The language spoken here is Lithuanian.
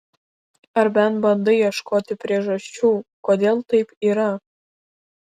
ar bent bandai ieškoti priežasčių kodėl taip yra